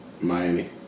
Miami